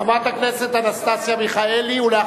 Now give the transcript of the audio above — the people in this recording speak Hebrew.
חברת הכנסת אנסטסיה מיכאלי, בבקשה.